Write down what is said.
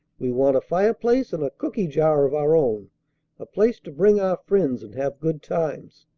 we want a fireplace and a cooky-jar of our own a place to bring our friends and have good times.